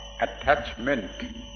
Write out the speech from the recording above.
attachment